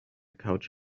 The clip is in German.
couch